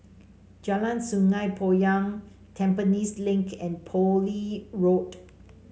Jalan Sungei Poyan Tampines Link and Poole Road